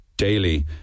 Daily